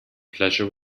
pleasure